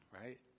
right